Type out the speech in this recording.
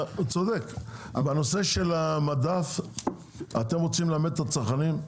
--- בנושא של המדף אתם רוצים לאמץ את הצרכנים?